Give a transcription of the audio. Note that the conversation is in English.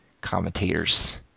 commentators